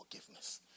forgiveness